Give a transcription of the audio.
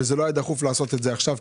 ולא היה דחוף לעשות את זה עכשיו.